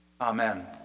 Amen